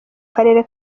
karere